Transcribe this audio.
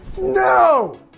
No